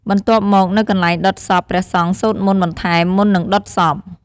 បន្ទាប់មក នៅកន្លែងដុតសព ព្រះសង្ឃសូត្រមន្តបន្ថែម មុននឹងដុតសព។